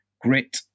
grit